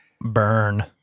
Burn